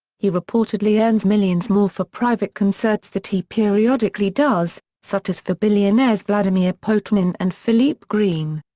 he reportedly earns millions more for private concerts that he periodically does, such as for billionaires vladimir potanin and philip green.